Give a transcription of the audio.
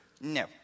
No